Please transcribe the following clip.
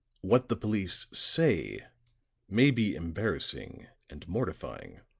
what the police say may be embarrassing and mortifying,